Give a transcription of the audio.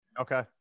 Okay